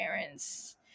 parents